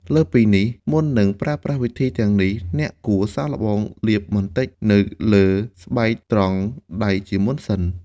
លើសពីនេះ មុននឹងប្រើប្រាស់វិធីទាំងនេះ អ្នកគួរសាកល្បងលាបបន្តិចនៅលើស្បែកត្រង់ដៃជាមុនសិន។